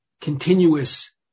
continuous